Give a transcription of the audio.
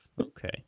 Okay